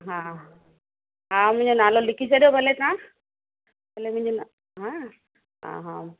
हा हा मुहिंजो नालो लिखी छॾियो भले तव्हां भले मुहिंजो ना हा हा हा